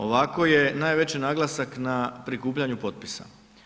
Ovako je najveći naglasak na prikupljanju potpisa.